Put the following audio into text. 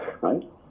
right